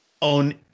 on